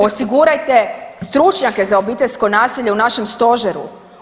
Osigurajte stručnjake za obiteljsko nasilje u našem stožeru.